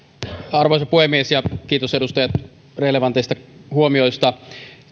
arvoisa puhemies kiitos edustajat relevanteista huomioista